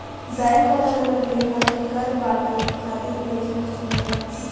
bank अलग अलग लेखा के कर बांटे खातिर एजेंट चुनेला